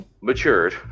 matured